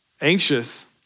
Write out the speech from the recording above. Anxious